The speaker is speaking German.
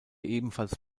ebenfalls